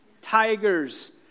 Tigers